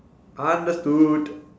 understood